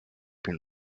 been